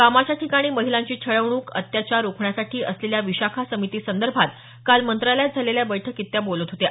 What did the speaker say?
कामाच्या ठिकाणी महिलांची छळवणूक अत्याचार रोखण्यासाठी असलेल्या विशाखा समितीसंदर्भात काल मंत्रालयात झालेल्या बैठकीत त्या बोलत होत्या